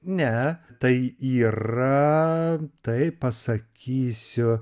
ne tai yra taip pasakysiu